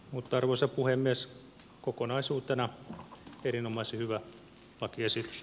mutta arvoisa puhemies kokonaisuutena erinomaisen hyvä lakiesitys